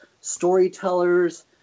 storytellers